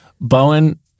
Bowen